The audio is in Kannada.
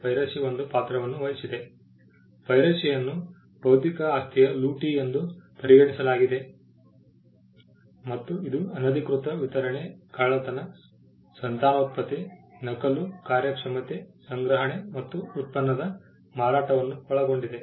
ಪೈರಸಿಯನ್ನು ಬೌದ್ಧಿಕ ಆಸ್ತಿಯ ಲೂಟಿ ಎಂದು ಪರಿಗಣಿಸಲಾಗಿದೆ ಮತ್ತು ಇದು ಅನಧಿಕೃತ ವಿತರಣೆ ಕಳ್ಳತನ ಸಂತಾನೋತ್ಪತ್ತಿ ನಕಲು ಕಾರ್ಯಕ್ಷಮತೆ ಸಂಗ್ರಹಣೆ ಮತ್ತು ಉತ್ಪನ್ನದ ಮಾರಾಟವನ್ನು ಒಳಗೊಂಡಿದೆ